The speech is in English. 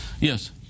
Yes